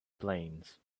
planes